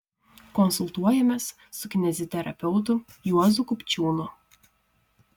konsultuojamės su kineziterapeutu juozu kupčiūnu